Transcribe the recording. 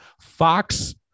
Fox